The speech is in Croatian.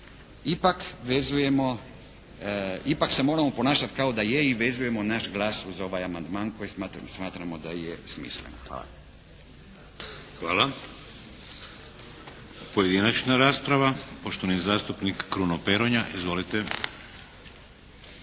ipak se moramo ponašati kao da je i vezujemo naš glas uz ovaj amandman koji smatramo da je smislen. Hvala. **Šeks, Vladimir (HDZ)** Hvala. Pojedinačna rasprava. Poštovani zastupnik Kruno Peronja. Izvolite.